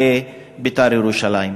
של אוהדי "בית"ר ירושלים".